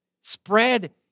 spread